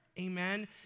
Amen